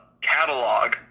catalog